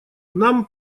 нам